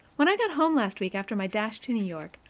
when i got home last week, after my dash to new york,